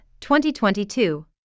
2022